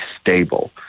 stable